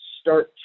start